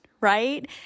Right